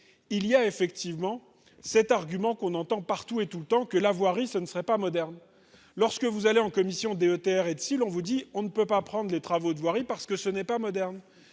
il y a effectivement cet argument qu'on entend partout et tout le temps que la voirie, ce ne serait pas moderne lorsque vous allez en commissions DETR et si l'on vous dit : on ne peut pas prendre les travaux de voirie, parce que ce n'est pas moderne